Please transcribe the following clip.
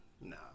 No